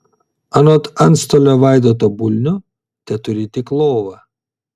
anot antstolio vaidoto bulnio teturi tik lovą